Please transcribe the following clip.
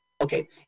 okay